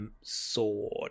Sword